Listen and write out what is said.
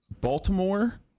Baltimore